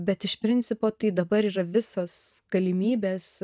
bet iš principo tai dabar yra visos galimybės